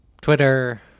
Twitter